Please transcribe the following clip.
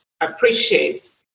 appreciate